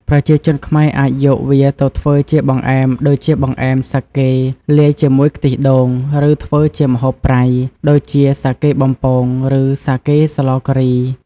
ប្រជាជនខ្មែរអាចយកវាទៅធ្វើជាបង្អែម ដូចជាបង្អែមសាកេលាយជាមួយខ្ទិះដូង ឬធ្វើជាម្ហូបប្រៃ ដូចជាសាកេបំពង ឬសាកេស្លការី។